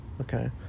Okay